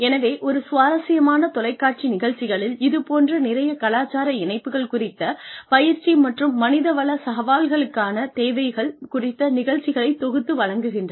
எனவே ஒரு சுவாரஸ்யமான தொலைக்காட்சி நிகழ்ச்சிகளில் இது போன்ற நிறையக் கலாச்சார இணைப்புகள் குறித்த பயிற்சி மற்றும் மனித வள சவால்களுக்கான தேவைகள் குறித்த நிகழ்ச்சிகளைத் தொகுத்து வழங்குகின்றன